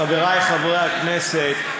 חברי חברי הכנסת,